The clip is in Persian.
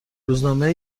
روزنامه